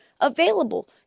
available